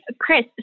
Chris